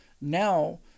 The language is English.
now